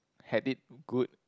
had it good